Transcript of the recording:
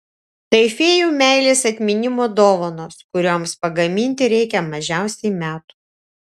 tai fėjų meilės atminimo dovanos kurioms pagaminti reikia mažiausiai metų